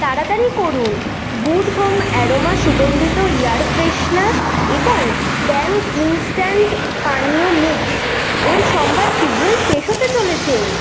তাড়াতাড়ি করুন good home aroma সুগন্ধিত এয়ার ফ্রেশনার এবং ট্যাং ইন্সট্যান্ট পানীয় মিক্স এর সম্ভার শীঘ্রই শেষ হতে চলেছে